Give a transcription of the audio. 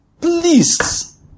Please